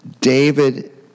David